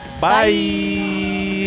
Bye